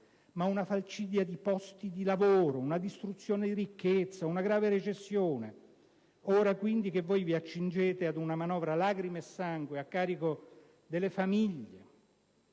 ma una falcidia di posti di lavoro, una distruzione di ricchezza, una grave recessione: ora quindi che vi accingete ad una manovra lacrime e sangue a carico delle famiglie,